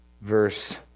Verse